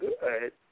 good